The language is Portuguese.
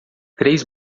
três